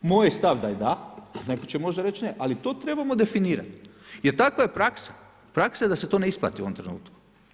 Moj je stav da je da, a netko će možda reći ne, ali to trebamo definirati jer takva je praksa, praksa je da se to neisplati u ovom trenutku.